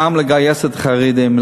גם לגייס את החרדים.